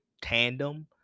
tandem